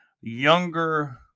younger